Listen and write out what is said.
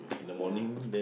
ya